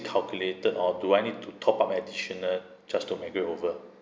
calculated or do I need to top up additional just to migrate over